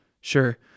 Sure